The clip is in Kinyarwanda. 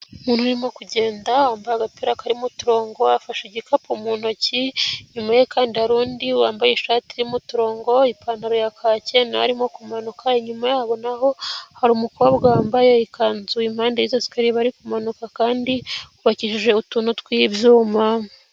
Umuntu urimo kugenda wambaye agapira karimo utorongo, afashe igikapu mu ntoki, inyuma ye kandi hari undi wambaye ishati irimo uturongo, ipantaro ya kake na we arimo kumanuka, inyuma yabo na ho hari umukobwa wambaye ikanzu, impande y'izo sikariye bari kumanuka kandi hubakishije utuntu tw'ibyuma.